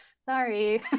Sorry